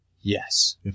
yes